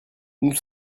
nous